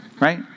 right